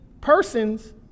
persons